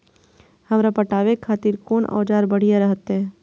हमरा पटावे खातिर कोन औजार बढ़िया रहते?